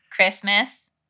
Christmas